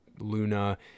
Luna